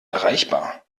erreichbar